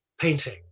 painting